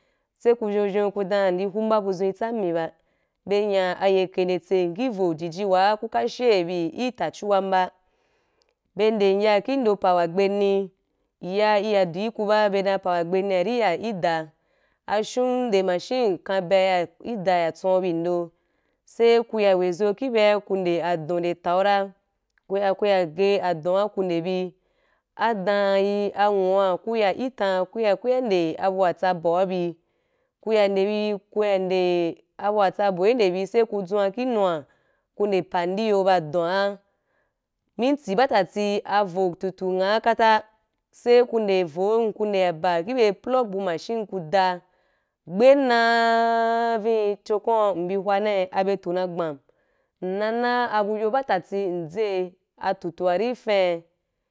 Sai ku vyou vyo dnn ra ndi hum ba bu zuu i tsam mi ba be nya a yeke nde tse ki vou ajiji wa ku ka she bi ita chuwam ba, be nde ya ki ndo pa wa gbe ni ya i ya du wu ba be dan pa wa gbe ni ri ya ki dan ashum nde machine kan bea ya ki daa tswau bi i ndo sai ku ya we zo ki bea ku nde adu tau ra ku ya ku ya ge adua ku nde bi ni dan yi anwua ku ya ki tan ku ya ku nde abu wa tsa aboa bi ku ya nde bi ku ya nde—abu wa tsa boi sai ku tsun ki nua ku nde pa kiyo ba asua minti ba tati avo tutu ngha kata sai ku nde avom ku nde ya ya ba khi be plouck bu machine ku da, gben na vin chi kwau in bi hwan nai a byei tu na ri gbam nnana abu yo ba tati mza a tutu wa ri fai.